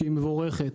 שהיא מבורכת,